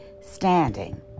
standing